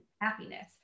happiness